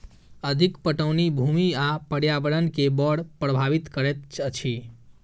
अधिक पटौनी भूमि आ पर्यावरण के बड़ प्रभावित करैत अछि